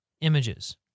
images